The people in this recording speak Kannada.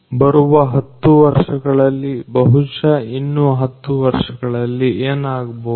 ಬರುವ ಹತ್ತು ವರ್ಷಗಳಲ್ಲಿ ಬಹುಶಃ ಇನ್ನು ಹತ್ತು ವರ್ಷಗಳಲ್ಲಿ ಏನಾಗಬಹುದು